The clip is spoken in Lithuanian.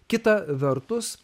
kita vertus